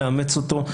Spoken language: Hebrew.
לאמץ אותו.